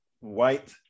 white